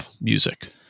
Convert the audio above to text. music